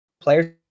players